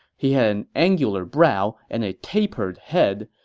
he had an angular brow and a tapered head.